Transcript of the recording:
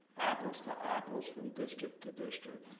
apples to apples from district to district.